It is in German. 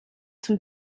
zum